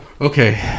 Okay